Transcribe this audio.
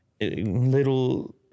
little